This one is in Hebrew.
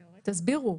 תסבירו.